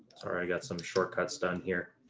or i got some shortcuts done here,